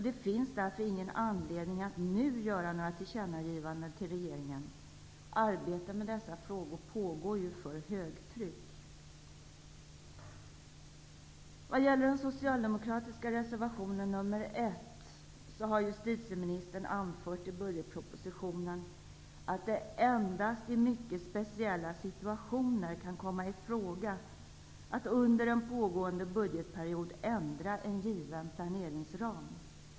Det finns därför ingen anledning att nu göra några tillkännagivanden till regeringen, eftersom arbetet med dessa frågor pågår för högtryck. När det gäller den socialdemokratiska reservationen, nr 1, har justitieministern i budgetpropositionen anfört att det endast i mycket speciella situationer kan komma i fråga att under en pågående budgetperiod ändra en given planeringsram.